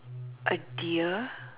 a deer